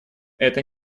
это